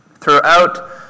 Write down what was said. Throughout